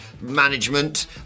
management